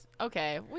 Okay